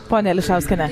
ponia ališauskiene